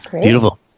Beautiful